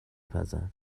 پزم